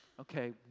Okay